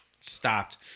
stopped